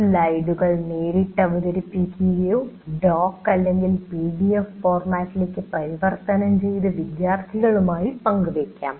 സ്ലൈഡുകൾ നേരിട്ട് അവതരിപ്പിക്കുകയോ ഡോക്ക് അല്ലെങ്കിൽ പിഡിഎഫ് ഫോർമാറ്റിലേക്ക് പരിവർത്തനം ചെയ്ത് വിദ്യാർത്ഥികളുമായി പങ്കുവെക്കാം